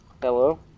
Hello